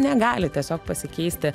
negali tiesiog pasikeisti